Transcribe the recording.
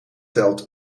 telt